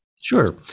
Sure